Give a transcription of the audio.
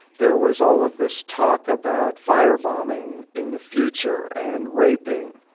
there was all of this talk about fire-bombing in the future and raping.